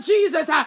Jesus